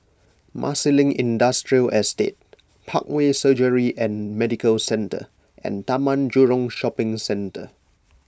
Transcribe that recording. Marsiling Industrial Estate Parkway Surgery and Medical Centre and Taman Jurong Shopping Centre